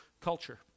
culture